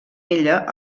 ella